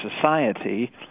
society